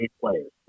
players